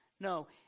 No